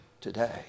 today